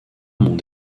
mon